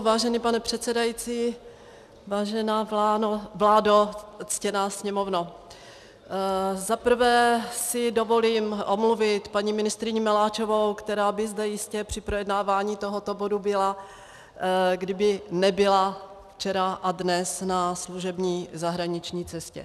Vážený pane předsedající, vážená vládo, ctěná sněmovno, za prvé si dovolím omluvit paní ministryni Maláčovou, která by zde jistě při projednávání tohoto bodu byla, kdyby nebyla včera a dnes na služební zahraniční cestě.